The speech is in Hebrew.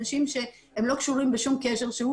אנשים שלא קשורים בשום קשר שהוא,